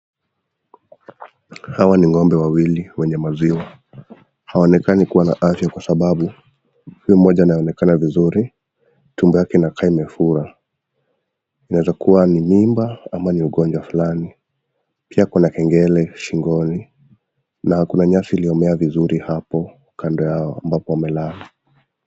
Hawa ni ng'ombe wawili wenye maziwa, hawaonekani kuwa na afya kwa sababu huyu mmoja anayeonekana vizuri umbo yake inakaa imefura, inaweza kuwa ni mimba ama ni ugonjwa fulani, pia kuna kengele shingoni na kuna nyasi iliyomea vizuri hapo kando yao ambapo wamelala.